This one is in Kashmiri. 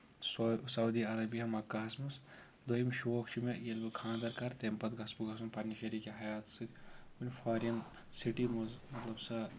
سعودی عربِیہ مکہ ہَس منٛز دوٚیُم شوق چھُ مےٚ ییٚلہِ بہٕ خانٛدر کَرٕ تَمہِ پَتہٕ گژھٕ بہٕ گژھُن پَنٕنہِ شریٖکے حیات سۭتۍ کُنہِ فارِن سٹی منٛز مطلب سۄ